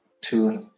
two